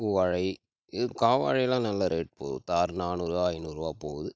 பூவாழை இது காவாழைலாம் நல்ல ரேட் போகுது தார் நானூறு ஐந்நூறுவா போகுது